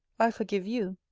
i forgive you.